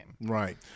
right